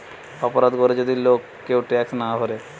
অপরাধ করে যদি লোক কেউ ট্যাক্স না ভোরে